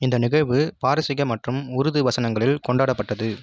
இந்த நிகழ்வு பாரசீக மற்றும் உருது வசனங்களில் கொண்டாடப்பட்டது